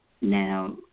Now